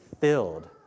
filled